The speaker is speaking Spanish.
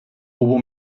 hubo